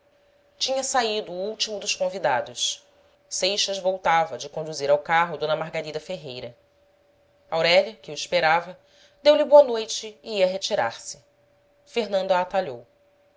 tinha saído o último dos convidados seixas voltava de conduzir ao carro d margarida ferreira aurélia que o esperava deu-lhe boa noite e ia retirar-se fernando a atalhou